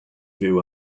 fyw